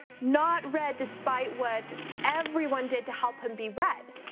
not red despite what everyone did to help him be red.